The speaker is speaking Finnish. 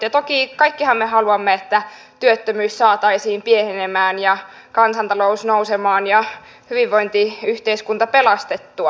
toki kaikkihan me haluamme että työttömyys saataisiin pienenemään ja kansantalous nousemaan ja hyvinvointiyhteiskunta pelastettua